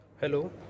Hello